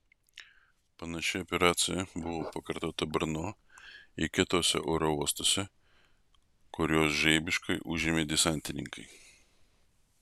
panaši operacija buvo pakartota brno ir kituose oro uostuose kuriuos žaibiškai užėmė desantininkai